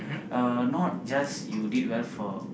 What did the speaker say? uh not just you did well for